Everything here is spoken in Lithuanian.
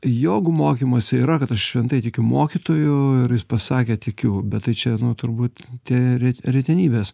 jogų mokymuose yra kad aš šventai tikiu mokytoju ir jis pasakė tikiu bet tai čia nu turbūt terit retenybės